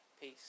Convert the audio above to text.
Peace